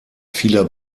vieler